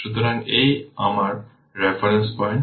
সুতরাং এই আমার রেফারেন্স পয়েন্ট